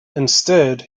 instead